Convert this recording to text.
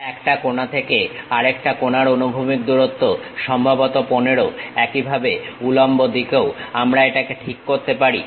একটা কোনা থেকে আরেকটা কোনার অনুভূমিক দূরত্ব সম্ভবত 15 একইভাবে' উলম্ব দিকেও আমরা এটাকে ঠিক করতে পারি